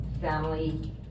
family